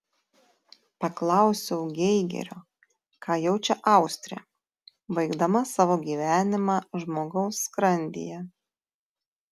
paklausiau geigerio ką jaučia austrė baigdama savo gyvenimą žmogaus skrandyje